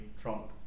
Trump